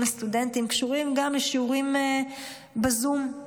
הסטודנטים קשורות גם לשיעורים בזום.